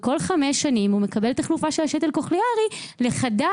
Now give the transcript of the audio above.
וכל חמש שנים הוא מקבל תחלופה של שתל קוכליארי לחדש.